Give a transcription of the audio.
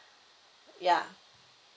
ya